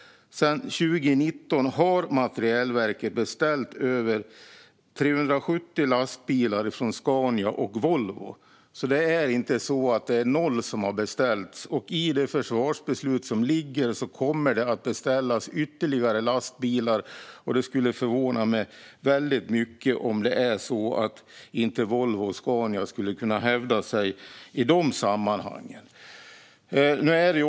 Sedan 2019 har Materielverket beställt över 370 lastbilar från Scania och Volvo. Det är alltså inte noll som har beställts. Enligt det försvarsbeslut som ligger kommer det att beställas ytterligare lastbilar. Det skulle förvåna mig väldigt mycket om inte Volvo och Scania skulle kunna hävda sig i de sammanhangen.